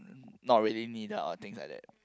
not really needed or things like that